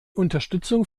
unterstützung